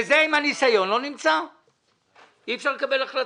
וזה עם הניסיון לא נמצא, אי אפשר לקבל החלטה.